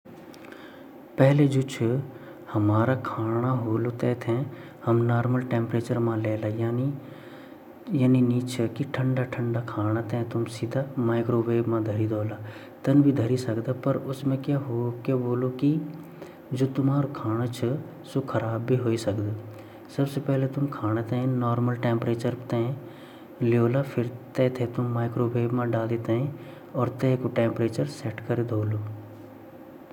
जु मिक्रोवावे ची, माइक्रोवेव मा हम ठण्डु भोजन एकदम से भितर नी ढाल दयोला पहली हम वेते थोड़ा नार्मल वेमा भेर मा रख दयाला थोड़ा सा वेगु पाँडि वगेरा बहार निकल जालू, फिर वेते पाणी मा ध्वे ते अर तब हम माइक्रोवेव मा रख दयोला वेगा व्यंजना हिसाब से अर फिर वेगु टाइम करि ते वेते ऑन कर दयोला अर खानो बन जोलु।